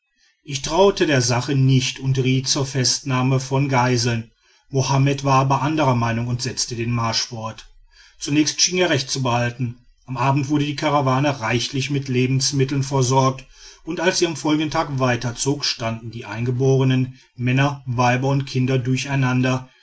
ich traute der sache nicht und riet zur festnahme von geiseln mohammed aber war anderer meinung und setzte den marsch fort zunächst schien er recht zu behalten am abend wurde die karawane reichlich mit lebensmitteln versorgt und als sie am folgenden tag weiterzog standen die eingeborenen männer weiber und kinder durcheinander